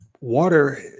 Water